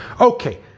Okay